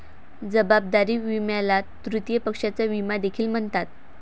जबाबदारी विम्याला तृतीय पक्षाचा विमा देखील म्हणतात